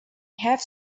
have